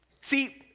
See